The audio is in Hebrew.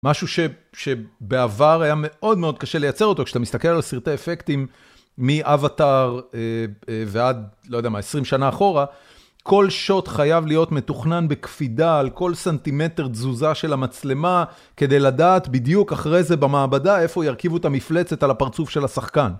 משהו שבעבר היה מאוד מאוד קשה לייצר אותו, כשאתה מסתכל על סרטי אפקטים מ-Avatar ועד, לא יודע מה, 20 שנה אחורה, כל שוט חייב להיות מתוכנן בקפידה על כל סנטימטר תזוזה של המצלמה, כדי לדעת בדיוק אחרי זה במעבדה איפה ירכיבו את המפלצת על הפרצוף של השחקן.